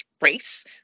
Race